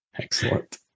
Excellent